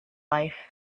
life